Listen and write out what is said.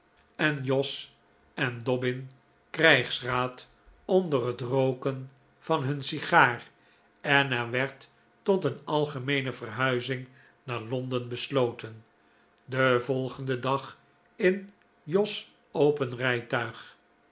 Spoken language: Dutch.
en jos en dobbin krijgsraad onder het rooken van hun sigaar en er werd tot een algemeene verhuizing naar londen besloten den volgenden dag in jos open rijtuig